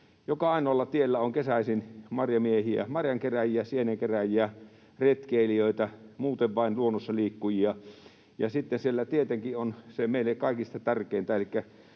Joka ainoalla tiellä on kesäisin marjamiehiä, marjankerääjiä, sienenkerääjiä, retkeilijöitä, muuten vain luonnossa liikkuvia, ja sitten siellä tietenkin on se meille kaikista tärkein,